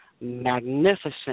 magnificent